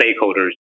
stakeholders